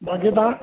बाक़ी तव्हां